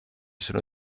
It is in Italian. sono